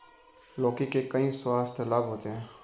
लौकी के कई स्वास्थ्य लाभ होते हैं